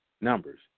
numbers